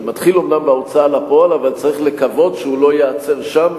שמתחיל אומנם בהוצאה לפועל אבל צריך לקוות שהוא לא ייעצר שם,